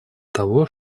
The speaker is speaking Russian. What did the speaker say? того